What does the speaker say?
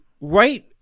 right